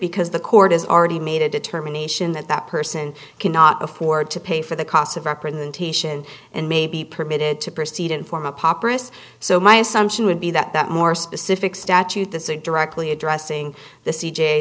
because the court has already made a determination that that person cannot afford to pay for the costs of representation and may be permitted to proceed in form a pop press so my assumption would be that that more specific statute to suit directly addressing the c